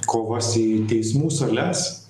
kovas į teismų sales